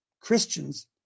Christians